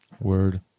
Word